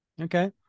Okay